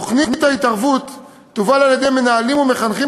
תוכנית ההתערבות תובל על-ידי מנהלים ומחנכים,